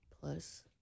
plus